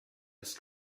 ist